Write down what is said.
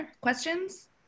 questions